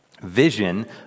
vision